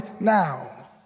now